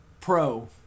Pro